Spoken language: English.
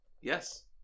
Yes